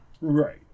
Right